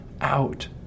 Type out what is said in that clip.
out